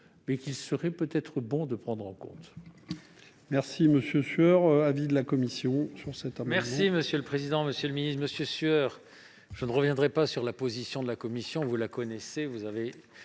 mais qu'il serait peut-être bon de prendre en compte.